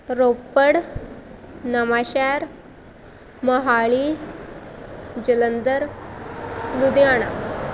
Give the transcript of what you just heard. Ropar Nawanshahr Mohali Jalandhar Ludhiana